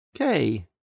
Okay